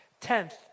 Tenth